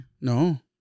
No